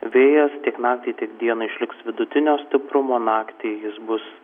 vėjas tiek naktį tiek dieną išliks vidutinio stiprumo naktį jis bus